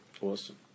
Awesome